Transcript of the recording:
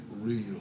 real